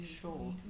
sure